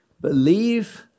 believe